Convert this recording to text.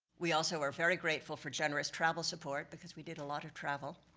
we also are very grateful for generous travel support, because we did a lot of travel.